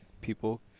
people